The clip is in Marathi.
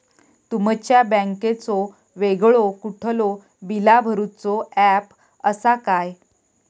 तुमच्या बँकेचो वेगळो कुठलो बिला भरूचो ऍप असा काय?